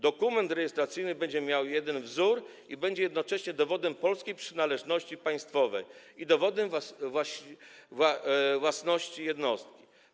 Dokument rejestracyjny będzie miał jeden wzór i będzie jednocześnie dowodem polskiej przynależności państwowej i dowodem własności jednostki.